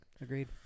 Agreed